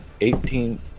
eighteen